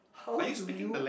how do you